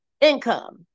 income